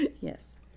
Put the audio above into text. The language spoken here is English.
Yes